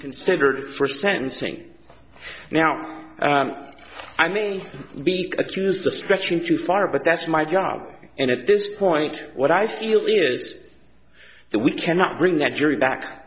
considered for sentencing now i may be accused of stretching too far but that's my job and at this point what i see only is that we cannot bring the jury back